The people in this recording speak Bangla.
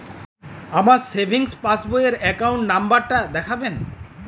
আমার সেভিংস পাসবই র অ্যাকাউন্ট নাম্বার টা দেখান?